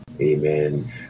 Amen